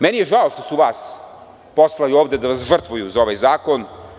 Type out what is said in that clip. Meni je žao što su vas poslali ovde da vas žrtvuju za ovaj zakon.